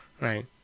Right